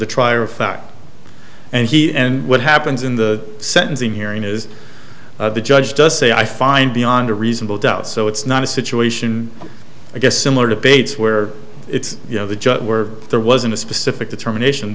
fact and he and what happens in the sentencing hearing is the judge does say i find beyond a reasonable doubt so it's not a situation i guess similar debates where it's you know the judge were there wasn't a specific determination